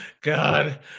God